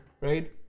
right